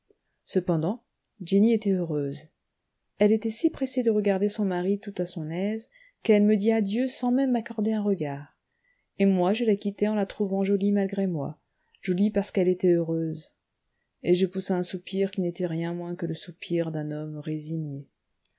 cependant jenny était heureuse elle était si pressée de regarder son mari tout à son aise qu'elle me dit adieu sans même m'accorder un regard et moi je la quittai en la trouvant jolie malgré moi jolie parce qu'elle était heureuse et je poussai un soupir qui n'était rien moins que le soupir d'un homme résigné